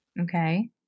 Okay